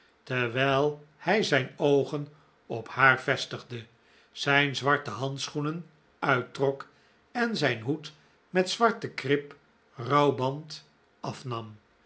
terwijl hij zijn oogen op haar vestigde zijn zwarte handschoenen uittrok en zijn hoed met zwarten krip rouwband afnam